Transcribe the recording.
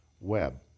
web